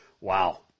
Wow